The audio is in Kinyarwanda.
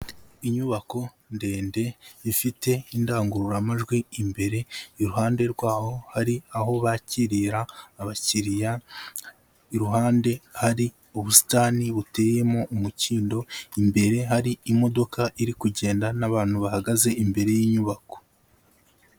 Inyubako ndende ifite indangururamajwi imbere, iruhande rwaho hari aho bakirira abakiriya, iruhande hari ubusitani buteyemo umukindo, imbere hari imodoka iri kugenda n'abantu bahagaze imbere y'inyubako.